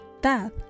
death